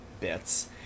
bits